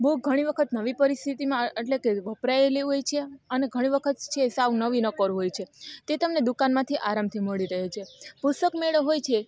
book ઘણી વખત નવી પરિસ્થિતિમાં એટલે કે વપરાયેલી હોય છે અને ઘણી વખત છે સાવ નવી નક્કોર હોય છે તે તમને દુકાનમાંથી આરામથી મળી રહે છે પુસ્તક મેળો હોય છે